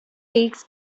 takes